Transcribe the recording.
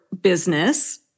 business